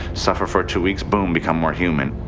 suffer for two weeks, boom become more human.